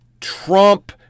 Trump